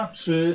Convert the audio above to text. czy